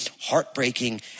heartbreaking